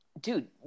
dude